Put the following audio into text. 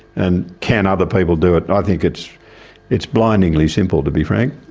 and can other people do it? i think it's it's blindingly simple, to be frank.